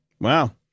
Wow